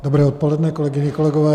Dobré odpoledne, kolegyně, kolegové.